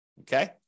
okay